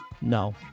no